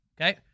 Okay